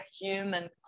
human